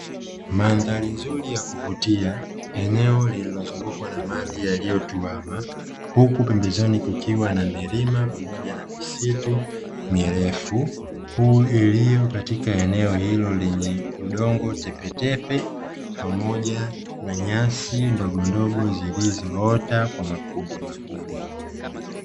Mndhari nzuri ya kuvutia. Eneo lililozungukwa na maji yaliyotuama, huku pembezoni kukiwa na milima pamoja na misitu mirefu iliyo katika eneo hilo lenye udongo tepetepe pamoja na nyasi ndogondogo zilizoota kwa makundimakundi.